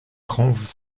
cranves